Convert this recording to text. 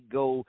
go